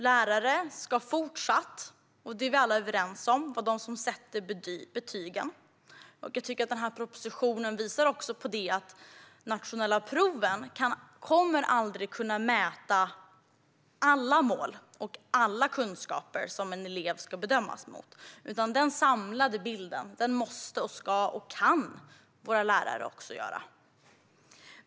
Lärare ska fortsatt vara de som sätter betygen, och det är vi alla överens om. Jag tycker att den här propositionen visar att de nationella proven aldrig kommer att kunna mäta alla mål och alla kunskaper som en elev ska bedömas mot, utan den samlade bilden måste, ska och kan våra lärare ge.